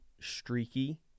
streaky